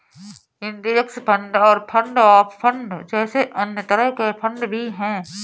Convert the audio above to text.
index fund और fund of fund जैसे अन्य तरह के फण्ड भी हैं